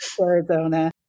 Arizona